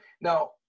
Now